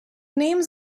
names